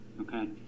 Okay